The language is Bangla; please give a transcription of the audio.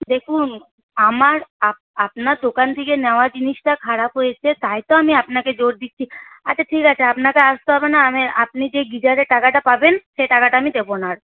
দেখুন আমার আপনার দোকান থেকে নেওয়া জিনিসটা খারাপ হয়েছে তাই তো আমি আপনাকে জোর দিচ্ছি আচ্ছা ঠিক আছে আপনাকে আসতে হবে না আপনি যে গিজারের টাকাতে পাবেন সে টাকাটা আমি দেব না আর